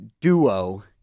duo